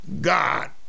God